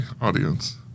audience